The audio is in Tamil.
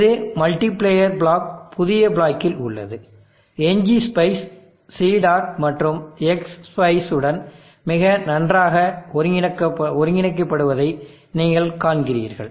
இது மல்டிப்ளேயர் பிளாக் புதிய பிளாக்கில் உள்ளது ngspice Cedar மற்றும் Xspice உடன் மிக நன்றாக ஒருங்கிணைக்கப்படுவதை நீங்கள் காண்கிறீர்கள்